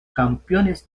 campeones